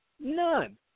none